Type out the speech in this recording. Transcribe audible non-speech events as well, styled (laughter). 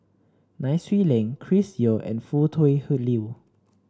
Nai Swee Leng Chris Yeo and Foo Tui (unintelligible) Liew